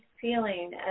feeling